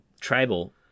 tribal